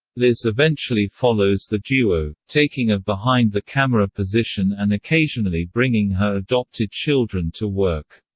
liz eventually follows the duo, taking a behind-the-camera position and occasionally bringing her adopted children to work.